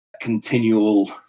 continual